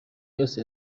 yose